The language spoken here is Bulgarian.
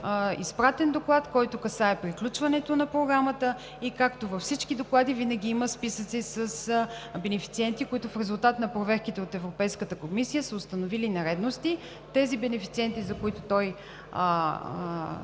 изпратен доклад, който касае приключването на програмата. И както във всички доклади, винаги има списъци с бенефициенти, които в резултат на проверките от Европейската комисия, са установили нередности. Тези бенефициенти, за които той